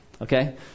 Okay